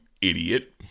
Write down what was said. idiot